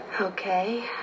Okay